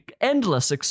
endless